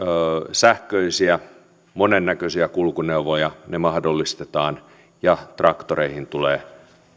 sähköisiä monennäköisiä kulkuneuvoja ne mahdollistetaan ja traktoreihin tulee